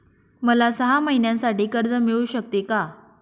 मला सहा महिन्यांसाठी कर्ज मिळू शकते का?